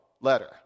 letter